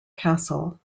castle